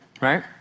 right